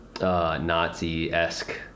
Nazi-esque